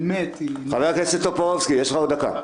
--- חבר הכנסת טופורובסקי, יש לך עוד דקה.